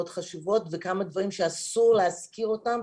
חשובות וכמה דברים שאסור להזכיר אותם,